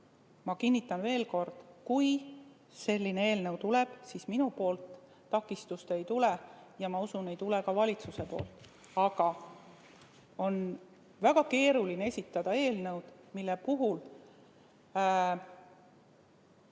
Ma kinnitan veel kord: kui selline eelnõu tuleb, siis minu poolt takistust ei tule ja ma usun, et ei tule ka valitsuse poolt. Aga on väga keeruline esitada eelnõu, mille puhul